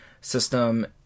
system